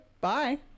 Bye